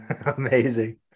Amazing